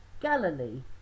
Galilee